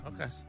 okay